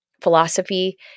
philosophy